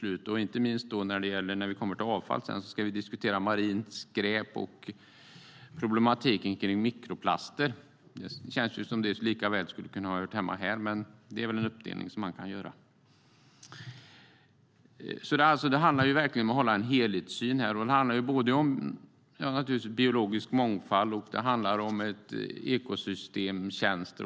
Inte minst när vi ska diskutera avfall kommer vi in på marint skräp och problemen med mikroplaster. Det känns som att de frågorna likaväl skulle höra hemma i detta betänkande, men det är en uppdelning som kan göras. Det handlar verkligen om att ha en helhetssyn. Det handlar om biologisk mångfald och ekosystemtjänster.